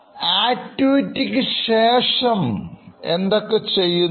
activity ശേഷം എന്തൊക്കെ ചെയ്യുന്നു